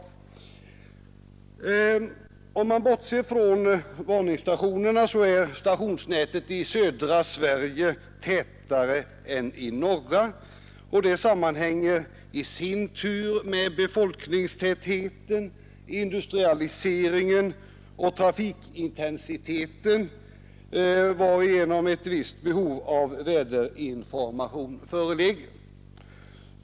Även om man bortser från varningsstationerna är stationsnätet i södra Sverige tätare än i norra, och det sammanhänger i sin tur med befolkningstätheten, industrialiseringen och trafikintensiteten, vilka påverkar behovet av väderinformation.